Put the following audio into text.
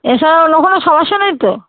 এছাড়া অন্য কোনো সমস্যা নেই তো